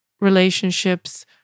relationships